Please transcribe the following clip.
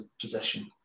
possession